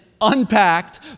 unpacked